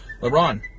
LeBron